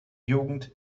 jugend